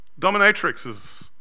Dominatrixes